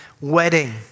wedding